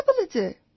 possibility